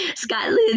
scotland